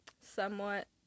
somewhat